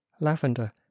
lavender